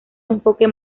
enfoque